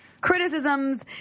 criticisms